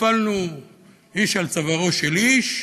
נפלנו איש על צווארו של איש,